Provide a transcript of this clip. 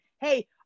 hey